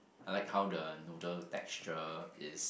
I like how the noodle texture is